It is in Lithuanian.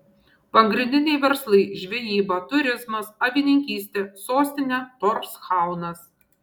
pagrindiniai verslai žvejyba turizmas avininkystė sostinė torshaunas